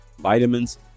vitamins